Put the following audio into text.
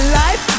life